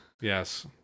Yes